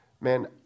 man